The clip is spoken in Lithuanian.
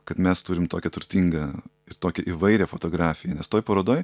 kad mes turim tokią turtingą tokią įvairią fotografiją nes toj parodoj